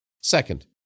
Second